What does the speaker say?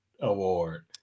award